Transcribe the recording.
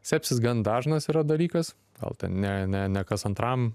sepsis gan dažnas yra dalykas gal ten ne ne ne kas antram